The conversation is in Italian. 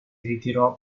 ritirò